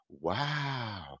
wow